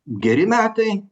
geri metai